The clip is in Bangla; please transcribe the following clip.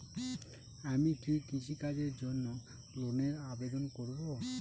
আমি কি কৃষিকাজের জন্য লোনের আবেদন করব?